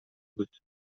بود